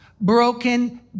broken